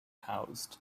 housed